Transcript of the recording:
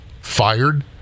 fired